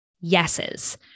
yeses